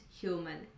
human